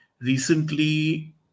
recently